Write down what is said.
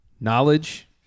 Knowledge